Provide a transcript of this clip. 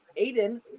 Aiden